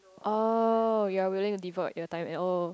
oh you're willing to devote your time and oh